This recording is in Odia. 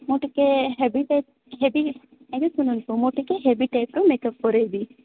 ମୁଁ ଟିକେ ହେଭି ଟାଇପ୍ ହେଭି ଆଜ୍ଞା ଶୁଣନ୍ତୁ ମୁଁ ଟିକେ ହେଭି ଟାଇପ୍ର ମେକ୍ଅପ୍ କରେଇ ଦିଏ